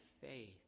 faith